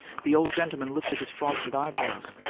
the old gentleman lifted his frosted eyebrows.